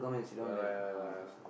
ya lah ya lah ya lah